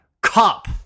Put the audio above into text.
Cop